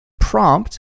prompt